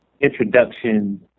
introduction